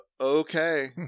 Okay